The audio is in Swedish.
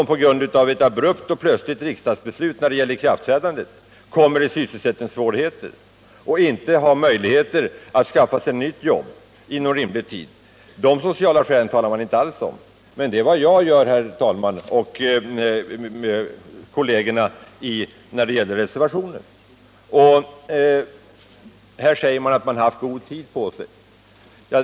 På grund av ett abrupt ikraftträdande av riksdagens beslut kommer många människor i sysselsättningssvårigheter, och de har inte möjlighet att skaffa sig nytt jobb inom rimlig tid. De sociala skälen talar man inte alls om, men det är vad jag gör, liksom de övriga ledamöter som står för reservationen. Det har sagts att branschen har haft god tid på sig.